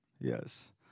Yes